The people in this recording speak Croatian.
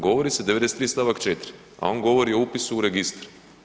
Govori se 93., stavak 4., a on govori o upisu registar.